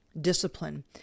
discipline